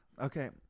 Okay